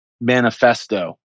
manifesto